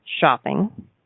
shopping